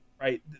Right